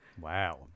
wow